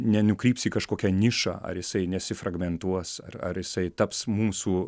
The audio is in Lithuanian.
nenukryps į kažkokią nišą ar jisai nesifragmentuos ar ar jisai taps mūsų